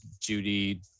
Judy